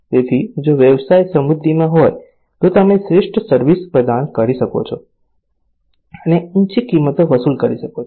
તેથી જો વ્યવસાય સમૃદ્ધિમાં હોય તો તમે શ્રેષ્ઠ સર્વિસ પ્રદાન કરી શકો છો અને ઊચી કિંમતો વસૂલ કરી શકો છો